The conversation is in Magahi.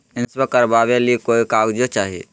इंसोरेंसबा करबा बे ली कोई कागजों चाही?